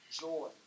joy